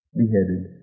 beheaded